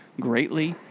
greatly